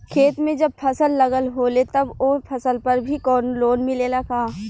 खेत में जब फसल लगल होले तब ओ फसल पर भी कौनो लोन मिलेला का?